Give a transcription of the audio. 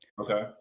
Okay